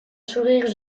sourire